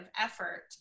effort